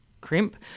crimp